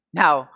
now